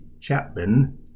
Chapman